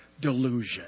delusion